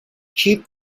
cheap